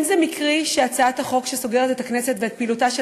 אין זה מקרי שהצעת החוק שסוגרת את פעילותה של